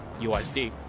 USD